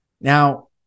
Now